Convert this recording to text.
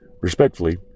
Respectfully